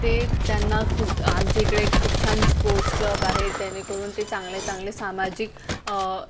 ते त्यांना खूप आमच्या इकडे खूप छान स्पोर्ट्स क्लब आहेत त्यानेकरून ते चांगले चांगले सामाजिक